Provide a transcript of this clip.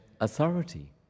authority